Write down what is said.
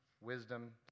wisdom